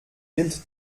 bild